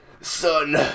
Son